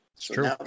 True